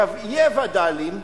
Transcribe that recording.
יהיו וד"לים,